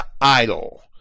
idol